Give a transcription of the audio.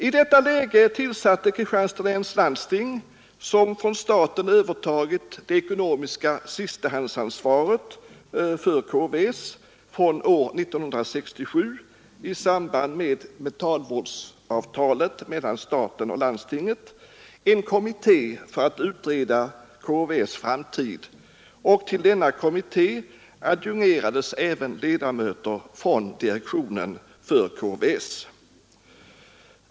I detta läge tillsatte Kristianstads läns landsting, som från staten har övertagit det ekonomiska sistahandsansvaret för KVS från år 1967 i samband med mentalvårdsavtalet mellan staten och landstinget, en kommitté för att utreda KVS:s framtid, och till denna kommitté adjungerades även ledamöter av direktionen för KVS.